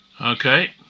Okay